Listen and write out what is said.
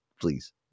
please